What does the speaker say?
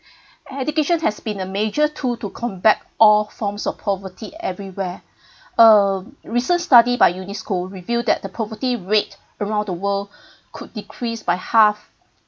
education has been a major tool to combat all forms of poverty everywhere a recent study by UNESCO revealed that the poverty rate around the world could decrease by half